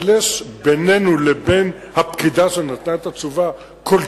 אבל יש בינינו לבין הפקידה שנתנה את התשובה כל